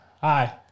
Hi